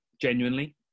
genuinely